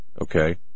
Okay